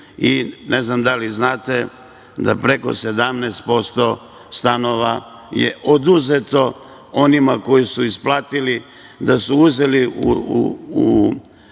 Ne znam da li znate, da preko 17% stanova je oduzeto onima koji su isplatili. Da su uzeli u